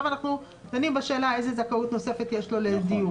אנחנו דנים בשאלה איזו זכאות נוספת יש לו לדיור,